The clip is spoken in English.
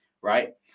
right